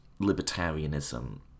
libertarianism